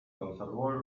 conservó